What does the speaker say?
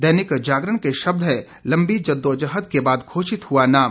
दैनिक जागरण के शब्द हैं लम्बी जदोजहद के बाद घोषित हुआ नाम